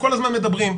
כל הזמן מדברים,